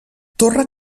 torre